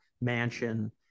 mansion